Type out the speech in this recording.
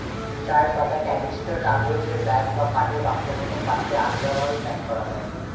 চায়ের পাতা ক্যানিস্টার, কাগজের ব্যাগ বা কাঠের বাক্সের মতো পাত্রে আলগাভাবে প্যাক করা হয়